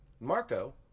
Marco